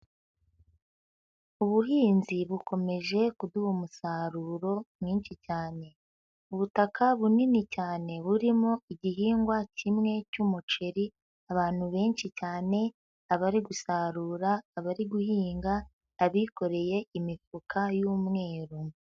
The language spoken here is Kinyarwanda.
Ubuhinzi bukomeje kuduha umusaruro mwinshi cyane. Ubutaka bunini cyane, burimo igihingwa kimwe cy'umuceri, abantu benshi cyane, abari gusarura, abari guhinga, abikoreye imifuka y'umweru.